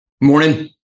Morning